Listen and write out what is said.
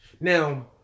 Now